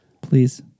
Please